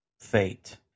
fate